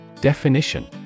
Definition